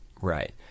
Right